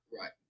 Right